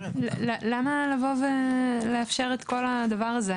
למה לבוא ולאפשר את כל הדבר הזה?